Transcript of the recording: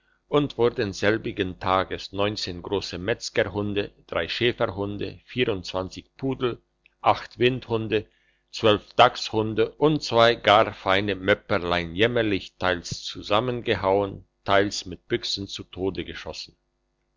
und wurden selbigen tages neunzehn grosse metzgerhunde drei schäferhunde vierundsechzig pudel acht windhunde zwölf dachshunde und zwei gar feine möpperlein jämmerlich teils zusammengehauen teils mit büchsen zu tod geschossen